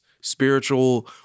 spiritual